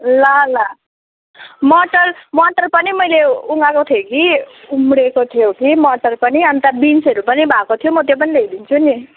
ल ल मटर मटर पनि मैले उमारेको थिएँ कि उम्रेको थियो कि मटर पनि अन्त बिन्सहरू पनि भएको थियो म त्यो पनि ल्याइदिन्छु नि